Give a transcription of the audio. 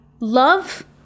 Love